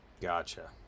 gotcha